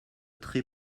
très